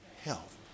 health